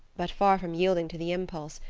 but far from yielding to the impulse,